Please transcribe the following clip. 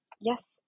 Yes